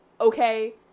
okay